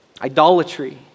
Idolatry